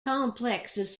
complexes